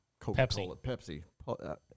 Pepsi